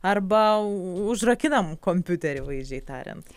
arba užrakinam kompiuterį vaizdžiai tariant